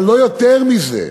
אבל לא יותר מזה.